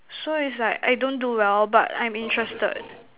so is like I don't do well but I'm interested